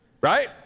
Right